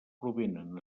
provenen